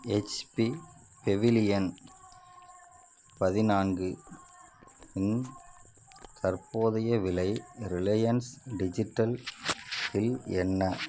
H P Pavilion பதினான்கு இன் தற்போதைய விலை ரிலையன்ஸ் டிஜிட்டல் இல் என்ன